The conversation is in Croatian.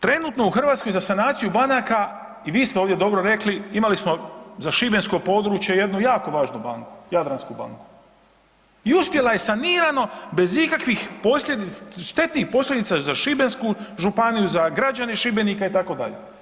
Trenutno u Hrvatskoj za sanaciju banaka i vi ste ovdje dobro rekli, imali smo za šibensko područje jednu jako važnu banku, Jadransku banku i uspjela je sanirano bez ikakvih štetnih posljedica za šibensku županiju, za građane Šibenika itd.